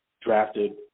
drafted